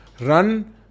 run